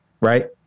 right